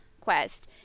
quest